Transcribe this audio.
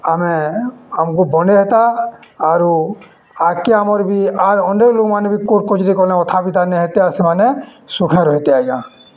ଆମେ ଆମ୍କୁ ବନେ ହେତା ଆରୁ ଆଗ୍କେ ଆମର୍ ବି ଆର୍ ଅଣ୍ଡେ ଲୋକମାନେ ବି କୋର୍ଟ କଚେରୀ ଗଲେ କଥା ବିତା ନେହେତେ ଆର୍ ସେମାନେ ସୁଖେ ରହେତେ ଆଜ୍ଞା